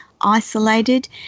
isolated